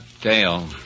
Dale